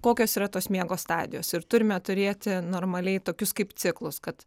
kokios yra tos miego stadijos ir turime turėti normaliai tokius kaip ciklus kad